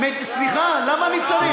סליחה, למה אני צריך?